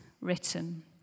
written